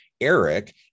Eric